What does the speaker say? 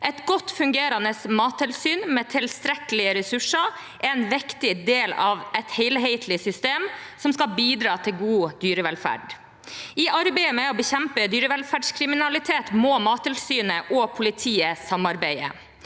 Et godt fungerende mattilsyn med tilstrekkelige ressurser er en viktig del av et helhetlig system som skal bidra til god dyrevelferd. I arbeidet med å bekjempe dyrevelferdskriminalitet må Mattilsynet og politiet samarbeide.